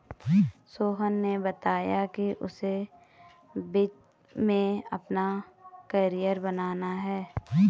सोहन ने बताया कि उसे वित्त में अपना कैरियर बनाना है